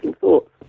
thoughts